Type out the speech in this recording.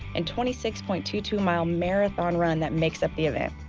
and twenty six point two two mile marathon run that makes up the event.